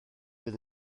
fydd